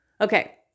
Okay